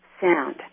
sound